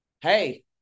Hey